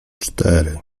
cztery